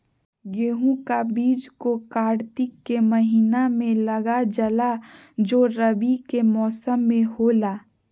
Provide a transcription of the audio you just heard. गेहूं का बीज को कार्तिक के महीना में लगा जाला जो रवि के मौसम में होला